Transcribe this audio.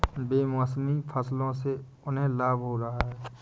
बेमौसमी फसलों से उन्हें लाभ हो रहा है